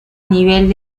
nivel